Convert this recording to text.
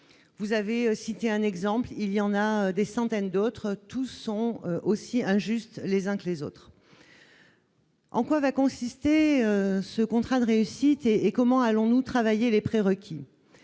vous avez cité un exemple il y en a des centaines d'autres tous sont aussi injustes les uns que les autres. En quoi va consister ce contrat de réussite et et comment allons-nous travailler les pré-requis,